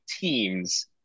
teams